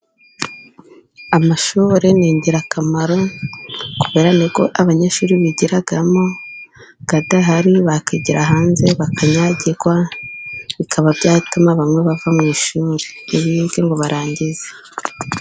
Amashuri ni ingirakamaro kubera niko abanyeshuri bigiramo. Adahari bakigira hanze bakanyagirwa, bikaba byatuma bamwe bava mu ishuri, ntibige ngo barangize.